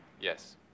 Yes